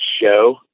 show